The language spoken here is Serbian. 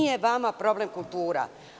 Nije vama problem kultura.